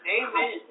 Amen